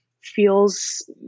feels